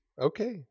Okay